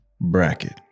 bracket